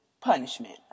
punishment